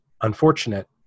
unfortunate